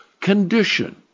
condition